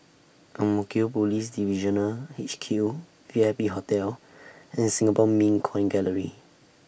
Ang Mo Kio Police Divisional H Q V I P Hotel and Singapore Mint Coin Gallery